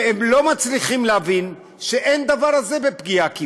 והם לא מצליחים להבין שאין דבר כזה בפגיעה עקיפה.